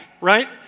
right